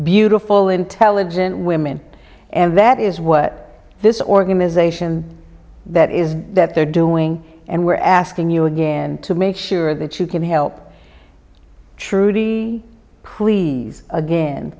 beautiful intelligent women and that is what this organization that is that they're doing and we're asking you again to make sure that you can help trudy please again